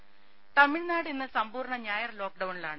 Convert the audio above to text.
രമ തമിഴ്നാട് ഇന്ന് സമ്പൂർണ്ണ ഞായർ ലോക്ഡൌണിലാണ്